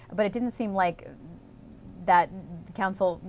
but it didn't seem like that counsel,